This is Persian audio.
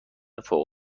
فوق